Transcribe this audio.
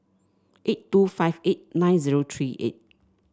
eight two five eight nine zero three eight